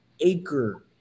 acre